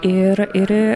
ir ir